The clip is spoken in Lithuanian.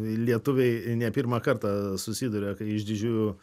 lietuviai ne pirmą kartą susiduria kai iš didžiųjų